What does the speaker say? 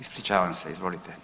Ispričavam se, izvolite.